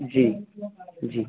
जी जी